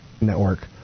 Network